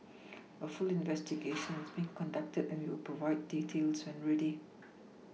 a full investigation is being conducted and we will provide details when ready